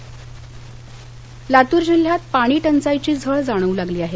लातर लातूर जिल्ह्यात पाणी टंचाईची झळ जाणवू लागली आहे